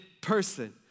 person